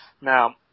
Now